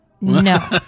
No